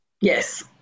yes